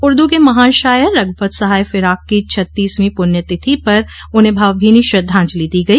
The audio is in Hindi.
उर्दू के महान शायर रघुपत सहाय फिराक की छत्तीसवीं पुण्य तिथि पर उन्हें भावभीनी श्रद्धाजंलि दी गई